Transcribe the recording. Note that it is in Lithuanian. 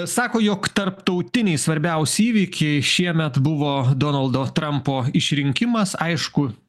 sako jog tarptautiniai svarbiausi įvykiai šiemet buvo donaldo trampo išrinkimas aišku